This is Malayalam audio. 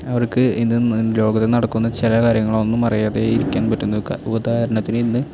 അവർക്ക് ഇതൊന്നും ലോകത്ത് നടക്കുന്ന ചില കാര്യങ്ങളൊന്നും അറിയാതെ ഇരിക്കാൻ പറ്റുന്നില്ല ഉദാഹരണത്തിന് ഇന്ന്